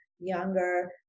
Younger